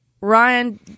ryan